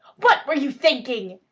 what were you thinking?